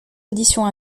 auditions